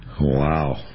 Wow